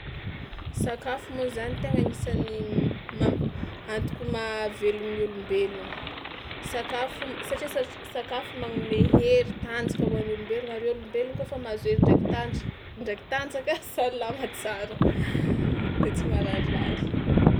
Sakafo moa zany tegna agnisan'ny mamp- antoko mahavelogno olombelogno, sakafo satria satr- sakafo magnome hery, tanjaka ho an'ny olombelogno ary ôlombelogno kaofa mahazo hery ndraiky tandr- ndraiky tanjaka salama tsara de tsy mararirary.